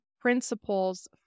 principles